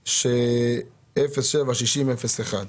הבאה 07-60-01,